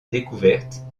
découverte